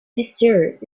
desert